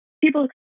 people